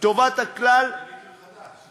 טובת הכלל, זה ביטוי חדש.